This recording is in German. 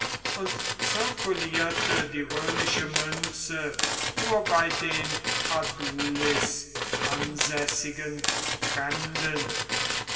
und zirkulierte die römische münze nur bei den adulis ansässigen fremden